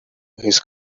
his